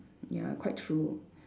ya quite true